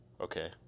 okay